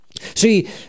See